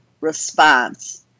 response